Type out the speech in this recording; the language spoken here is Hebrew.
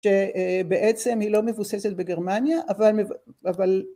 שבעצם היא לא מבוססת בגרמניה אבל